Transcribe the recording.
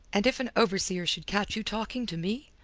and if an overseer should catch you talking to me?